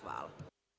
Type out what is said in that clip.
Hvala.